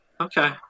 Okay